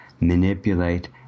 manipulate